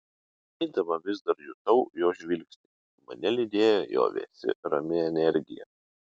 eidama vis dar jutau jo žvilgsnį mane lydėjo jo vėsi rami energija